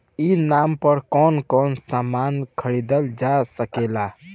ई नाम पर कौन कौन समान खरीदल जा सकेला?